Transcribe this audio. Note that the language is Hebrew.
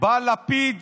באו לפיד